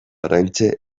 oraintxe